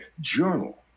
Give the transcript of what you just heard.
journal